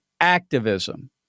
activism